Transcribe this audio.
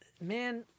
man